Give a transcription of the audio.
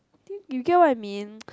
I think you get what I mean